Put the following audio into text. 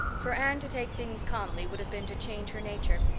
for anne to take things calmly would have been to change her nature.